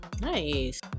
Nice